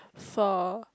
for